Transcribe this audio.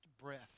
breath